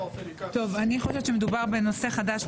אני חושבת שמדובר בנושא חדש.